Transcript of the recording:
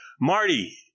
Marty